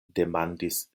demandis